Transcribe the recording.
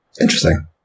Interesting